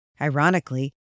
Ironically